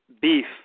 beef